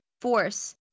force